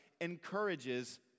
encourages